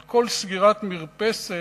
על כל סגירת מרפסת,